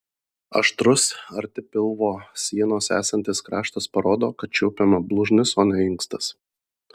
aštrus arti pilvo sienos esantis kraštas parodo kad čiuopiama blužnis o ne inkstas